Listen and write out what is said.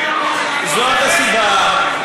זו הסיבה,